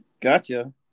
Gotcha